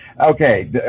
Okay